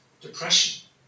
Depression